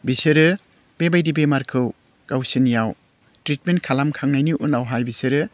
बिसोरो बेबायदि बेमारखौ गावसिनियाव ट्रिटमेन्ट खालामखांनायनि उनावहाय बिसोरो